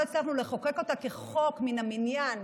לא הצלחנו לחוקק אותה כחוק מן המניין,